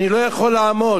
אני לא יכול לעמוד,